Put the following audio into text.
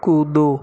कूदो